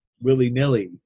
willy-nilly